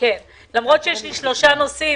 ביקשנו שהמנכ"לים ייפגשו,